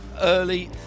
early